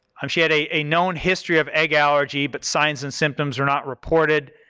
um she had a known history of egg allergy, but signs and symptoms were not reported,